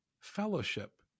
fellowship